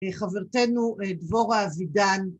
חברתנו דבורה אבידן